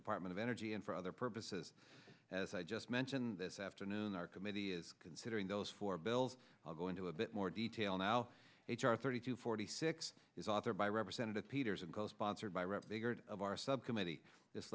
department of energy and for other purposes as i just mentioned this afternoon our committee is considering those four bills go into a bit more detail now h r thirty to forty six is authored by representative peters and co sponsored by rep biggert of our subcommittee this